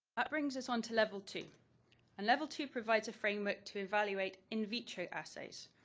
that brings us on to level two and level two provides a framework to evaluate in vitro assays.